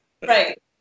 right